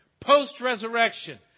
post-resurrection